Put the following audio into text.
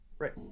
Right